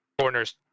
corners